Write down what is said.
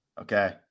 Okay